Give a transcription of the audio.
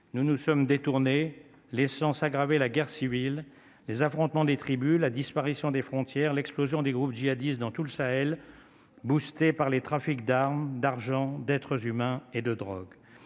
nous nous sommes détournées, laissant s'aggraver la guerre civile, les affrontements des tribus, la disparition des frontières, l'explosion des groupes jihadistes dans tout le Sahel boosté par les trafics d'armes, d'argent, d'être s'humains et de drogue,